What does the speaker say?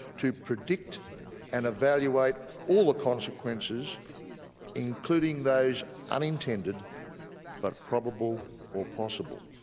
to predict and evaluate all the consequences including those unintended but probable or possible.